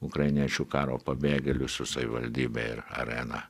ukrainiečių karo pabėgėlių su savivaldybe ir arena